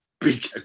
big